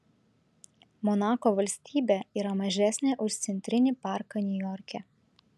monako valstybė yra mažesnė už centrinį parką niujorke